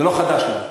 זה לא חדש לנו.